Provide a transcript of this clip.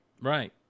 Right